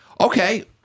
Okay